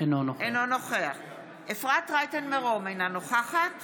אינו נוכח אפרת רייטן מרום, אינה נוכחת